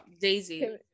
Daisy